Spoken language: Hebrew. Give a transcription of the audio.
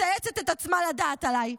מצייצת את עצמה לדעת עליי,